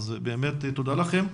תודה לכם.